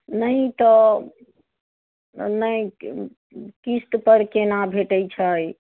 नहि तऽ नहि किस्त पर केना भेटैत छै